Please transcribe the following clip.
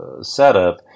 setup